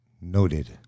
Noted